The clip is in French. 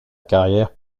carrière